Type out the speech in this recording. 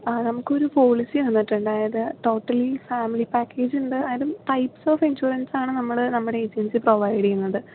ആ നമുക്ക് ഒരു പോളിസി വന്നിട്ടുണ്ട് അതായത് ടോട്ടലി ഫാമിലി പാക്കേജ് ഉണ്ട് അതായത് ടൈപ്പ്സ് ഓഫ് ഇൻഷുറൻസ് ആണ് നമ്മൾ നമ്മുടെ ഏജൻസി പ്രൊവൈഡ് ചെയ്യുന്നത്